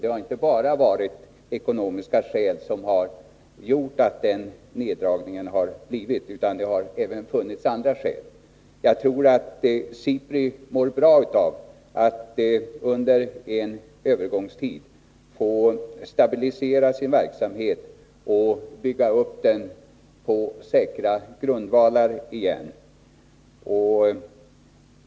Det har inte bara varit ekonomiska skäl som gjort att den neddragningen har skett, utan det har även funnits andra skäl. Jag tror emellertid att SIPRI mår bra av att under en övergångstid få stabilisera sin verksamhet och bygga upp den så att den vilar på säkra grundvalar igen.